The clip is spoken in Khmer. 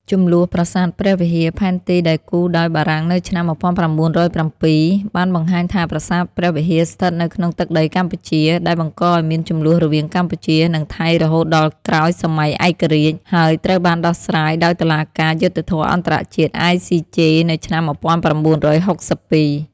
ជម្លោះប្រាសាទព្រះវិហារ ផែនទីដែលគូរដោយបារាំងនៅឆ្នាំ ១៩០៧ បានបង្ហាញថាប្រាសាទព្រះវិហារស្ថិតនៅក្នុងទឹកដីកម្ពុជា ដែលបង្កឱ្យមានជម្លោះរវាងកម្ពុជា និងថៃរហូតដល់ក្រោយសម័យឯករាជ្យ ហើយត្រូវបានដោះស្រាយដោយតុលាការយុត្តិធម៌អន្តរជាតិ ICJ នៅឆ្នាំ ១៩៦២។